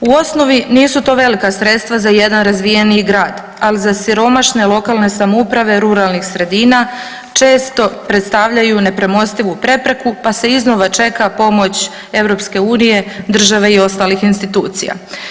U osnovi nisu to velika sredstva za jedan razvijeni grad, ali za siromašne lokalne samouprave ruralnih sredina često predstavljaju nepremostivu prepreku pa se iznova čeka pomoć EU, države i ostalih institucija.